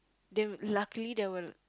then luckily there were